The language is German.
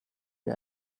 wie